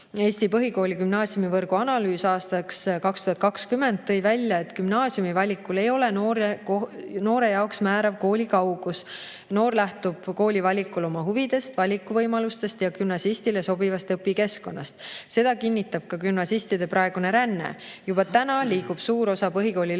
"Eesti põhikooli- ja gümnaasiumivõrgu analüüs aastaks 2020" tõi välja, et gümnaasiumi valikul ei ole noore jaoks määrav kooli kaugus. Noor lähtub kooli valikul oma huvidest, valikuvõimalustest ja gümnasistile sobivast õpikeskkonnast. Seda kinnitab ka gümnasistide praegune ränne. Juba praegu liigub suur osa põhikooli lõpetajatest